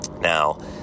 Now